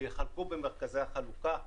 ויחלקו במרכזי החלוקה,